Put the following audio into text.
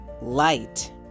light